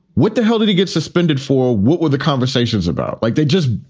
what the hell did he get suspended for? what were the conversations about? like, they just,